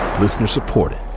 Listener-supported